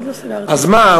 אז מה,